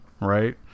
Right